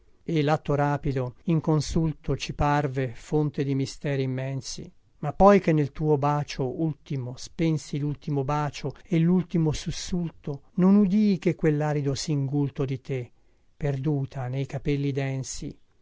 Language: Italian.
e latto rapido inconsulto ci parve fonte di misteri immensi ma poi che nel tuo bacio ultimo spensi lultimo bacio e lultimo sussulto non udii che quellarido singulto di te perduta nei capelli densi